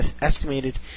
estimated